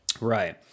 Right